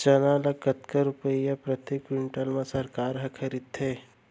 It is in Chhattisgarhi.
चना ल कतका रुपिया प्रति क्विंटल म सरकार ह खरीदथे?